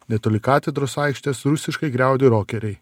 netoli katedros aikštės rusiškai griaudi rokeriai